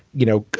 you know,